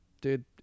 Dude